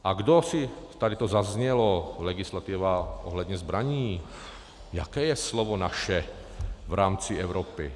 A kdosi tady to zaznělo, legislativa ohledně zbraní, jaké je naše slovo v rámci Evropy?